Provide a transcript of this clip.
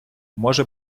може